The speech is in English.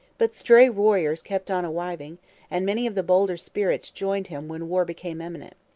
but stray warriors kept on arriving and many of the bolder spirits joined him when war became imminent.